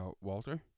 Walter